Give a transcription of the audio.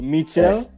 Mitchell